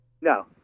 No